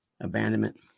Abandonment